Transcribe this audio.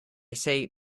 say